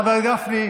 חבר הכנסת גפני,